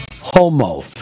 homo